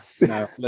No